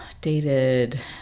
dated